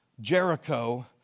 Jericho